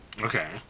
okay